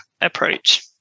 approach